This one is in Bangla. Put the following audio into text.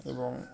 এবং